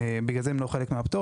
ולכן הם לא חלק מהפטור.